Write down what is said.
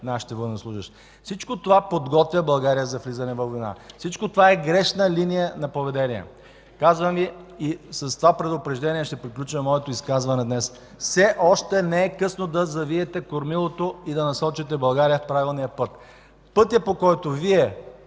нашите военнослужещи. Всичко това подготвя България за влизане във война. Всичко това е грешна линия на поведение. Казвам Ви и с това предупреждение ще приключа моето изказване днес: все още не е късно да завиете кормилото и да насочите България в правилния път. Пътят, по който Вие